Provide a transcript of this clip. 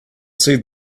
see